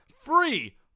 free